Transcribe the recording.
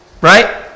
Right